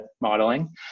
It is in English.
modeling